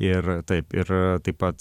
ir taip ir taip pat